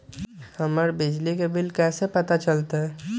हमर बिजली के बिल कैसे पता चलतै?